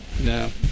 No